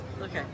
okay